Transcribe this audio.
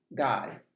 God